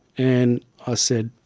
and i said,